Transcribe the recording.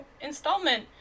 installment